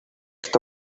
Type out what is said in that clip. что